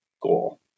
goal